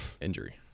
Injury